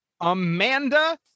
Amanda